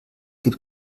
gibt